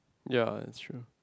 ya it's true